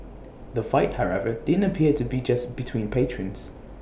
the fight however didn't appear to be just between patrons